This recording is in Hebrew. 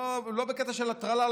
לא בקטע של הטרלה,